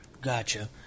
Gotcha